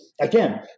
Again